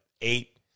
eight